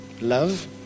love